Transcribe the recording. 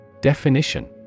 Definition